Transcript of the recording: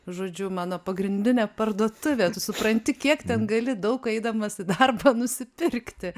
žodžiu mano pagrindinė parduotuvė tu supranti kiek ten gali daug eidamas į darbą nusipirkti